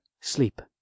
sleep